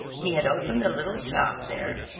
he had opened a little shop there,